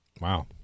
Wow